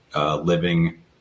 Living